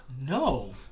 No